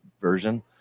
version